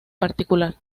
particular